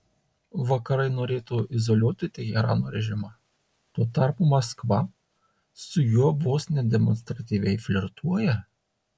vakarai norėtų izoliuoti teherano režimą tuo tarpu maskva su juo vos ne demonstratyviai flirtuoja